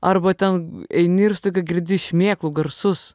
arba ten eini ir staiga girdi šmėklų garsus